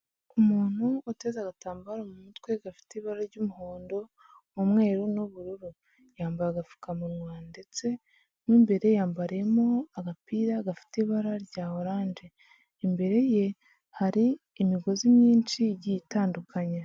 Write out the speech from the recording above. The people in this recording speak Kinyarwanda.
Umuntu uteze agatambaro mu mutwe gafite ibara ry'umuhondo, umweru, n'ubururu, yambaye agapfukamunwa ndetse mo imbere yambariyemo agapira gafite ibara rya oranje, imbere ye hari imigozi myinshi igiye itandukanye.